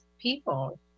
people